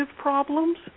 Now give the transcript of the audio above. problems